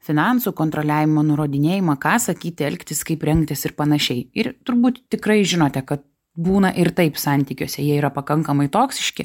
finansų kontroliavimo nurodinėjamą ką sakyti elgtis kaip rengtis ir panašiai ir turbūt tikrai žinote kad būna ir taip santykiuose jie yra pakankamai toksiški